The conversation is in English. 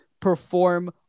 perform